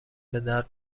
بدرد